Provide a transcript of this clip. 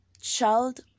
Child